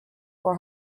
for